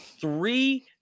three